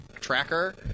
tracker